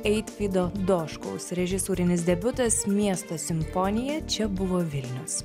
eitvydo doškaus režisūrinis debiutas miesto simfonija čia buvo vilnius